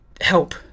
help